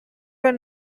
were